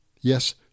yes